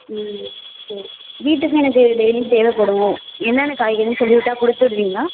ம் சரி வீட்டுக்கு எனக்கு டெய்லியும் தேவைப்படும் என்னென்ன காய்கறின்னு சொல்லி விட்டா கொடுத்து விடுவீங்களா